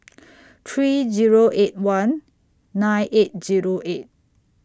three Zero eight one nine eight Zero eight